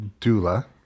doula